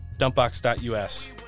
dumpbox.us